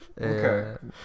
Okay